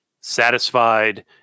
satisfied